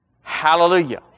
Hallelujah